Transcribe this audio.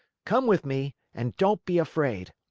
come with me and don't be afraid.